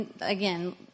again